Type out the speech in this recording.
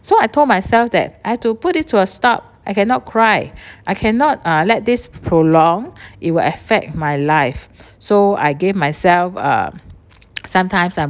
so I told myself that I had to put it to a stop I cannot cry I cannot uh let this prolong it will affect my life so I gave myself uh some time some